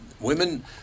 Women